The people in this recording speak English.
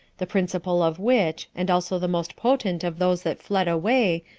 the principal of which, and also the most potent of those that fled away,